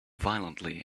violently